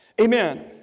Amen